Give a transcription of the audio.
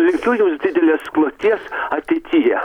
linkiu jums didelės kloties ateityje